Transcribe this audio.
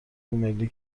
ملی